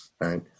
right